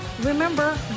remember